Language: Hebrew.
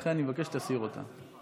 ולכן אני מבקש שתסיר אותה.